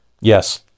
Yes